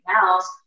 else